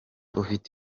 ufite